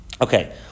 Okay